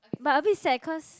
but a bit sad cause